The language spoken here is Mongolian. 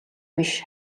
биш